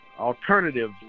alternative